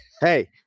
hey